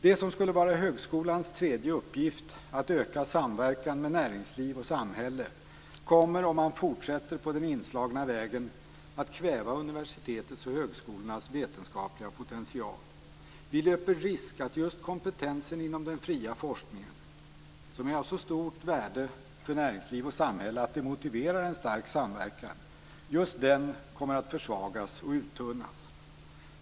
Det som skulle vara högskolans tredje uppgift, att öka samverkan med näringsliv och samhälle, kommer att kväva universitetens och högskolornas vetenskapliga potential om man fortsätter på den inslagna vägen. Vi löper risk att just kompetensen inom den fria forskningen, som är av så stort värde för näringsliv och samhälle att det motiverar en stark samverkan, kommer att försvagas och uttunnas.